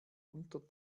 unter